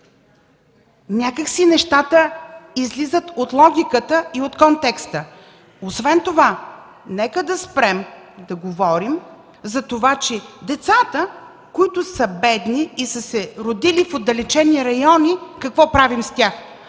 Някак си нещата излизат от логиката и от контекста. Освен това нека да спрем да говорим какво ще правим с децата, които са бедни и са се родили в отдалечени райони. В момента за тях